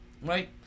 Right